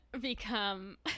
become –